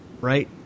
right